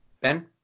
Ben